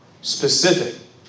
specific